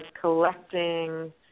collecting